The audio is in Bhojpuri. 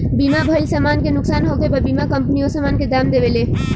बीमा भइल समान के नुकसान होखे पर बीमा कंपनी ओ सामान के दाम देवेले